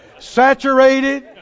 saturated